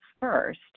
first